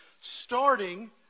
starting